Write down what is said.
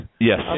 yes